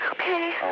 Okay